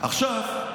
עכשיו,